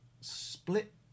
split